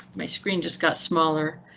my screen just got smaller,